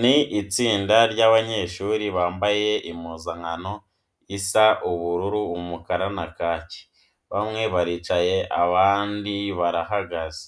Ni itsinda ry'abanyeshuri bambaye impuzankano isa ubururu, umukara na kake. Bamwe baricaye abandi barahagaze,